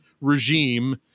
regime